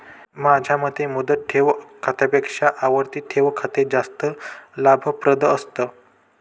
माझ्या मते मुदत ठेव खात्यापेक्षा आवर्ती ठेव खाते जास्त लाभप्रद असतं